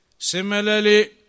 similarly